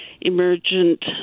emergent